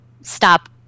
stop